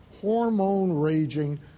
hormone-raging